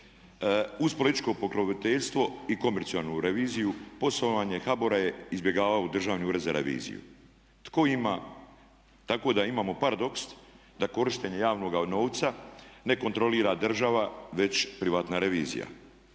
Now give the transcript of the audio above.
uz političko pokroviteljstvo i komercijalnu reviziju poslovanje HBOR-a je izbjegavao Državni ured za reviziju. Tko ima, tako da imamo paradoks da korištenje javnoga novca ne kontrolira država već privatna revizija.